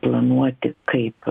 planuoti kaip